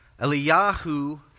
Eliyahu